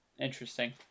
Interesting